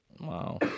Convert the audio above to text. Wow